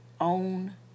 own